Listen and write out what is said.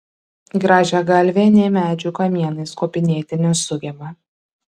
grąžiagalvė nė medžių kamienais kopinėti nesugeba